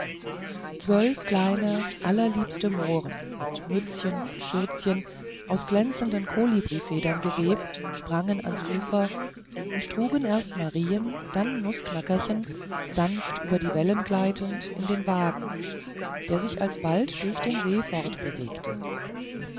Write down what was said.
zwölf kleine allerliebste mohren mit mützchen und schürzchen aus glänzenden kolibrifedern gewebt sprangen ans ufer und trugen erst marien dann nußknackern sanft über die wellen gleitend in den wagen der sich alsbald durch den see